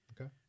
Okay